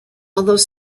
although